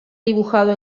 dibujado